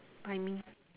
bite me